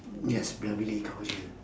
yat sebelah bilik kau jer